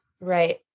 Right